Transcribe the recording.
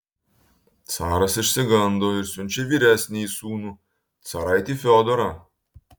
caras išsigando ir siunčia vyresnįjį sūnų caraitį fiodorą